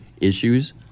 issues